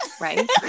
right